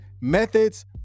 methods